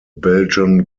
belgian